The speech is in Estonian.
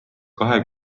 kahe